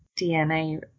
DNA